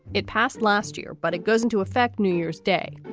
it passed last year, but it goes into effect new year's day.